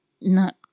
Not